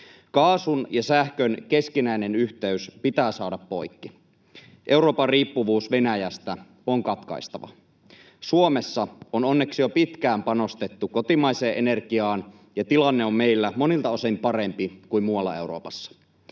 Kaasun ja sähkön keskinäinen yhteys pitää saada poikki. Euroopan riippuvuus Venäjästä on katkaistava. Suomessa on onneksi jo pitkään panostettu kotimaiseen energiaan ja tilanne on meillä monilta osin parempi kuin muualla Euroopassa.